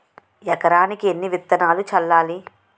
ఎకరానికి ఎన్ని విత్తనాలు చల్లాలి?